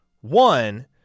One